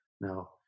Now